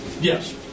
yes